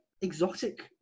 exotic